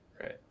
right